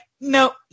no